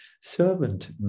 servant